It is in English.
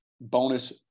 bonus